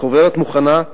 החוברת מוכנה,